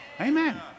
Amen